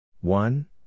one